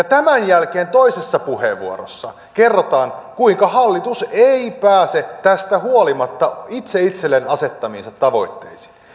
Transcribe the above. tämän jälkeen toisessa puheenvuorossa kerrotaan kuinka hallitus ei pääse tästä huolimatta itse itselleen asettamiinsa tavoitteisiin